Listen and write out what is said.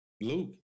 Luke